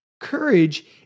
Courage